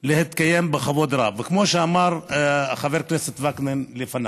להתקיים בכבוד, כמו שאמר חבר הכנסת וקנין לפניי.